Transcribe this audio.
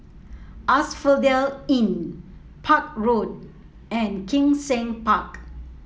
Asphodel Inn Park Road and Kim Seng Park